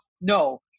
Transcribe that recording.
No